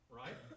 right